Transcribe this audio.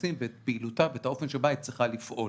המסים ואת פעילותה ואת האופן שבו היא צריכה לפעול.